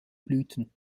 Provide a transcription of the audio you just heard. blüten